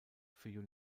für